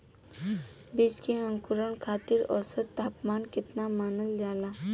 बीज के अंकुरण खातिर औसत तापमान केतना मानल जाला?